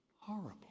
horrible